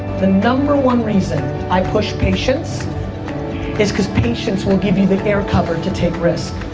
the number one reason i push patience is cause patience will give you the air cover to take risks.